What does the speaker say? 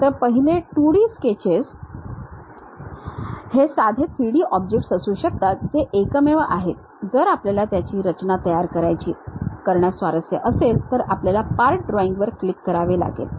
तर पहिले 2D sketches हे साधे 3D ऑब्जेक्ट्स असू शकतात जे एकमेव आहेत जर आपल्याला त्याची रचना करण्यात स्वारस्य असेल तर आपल्याला पार्ट ड्रॉइंग वर क्लिक करावे लागेल